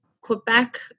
Quebec